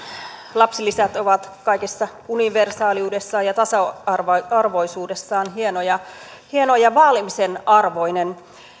lapsilisät ovat kaikessa universaaliudessaan ja tasa arvoisuudessaan hieno ja vaalimisen arvoinen